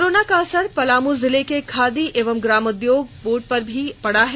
corona का असर पलामू जिले के खादी एवं ग्रामोद्योग पर भी पड़ा है